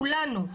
כולנו,